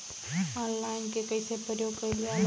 Online के कइसे प्रयोग कइल जाला?